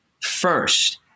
first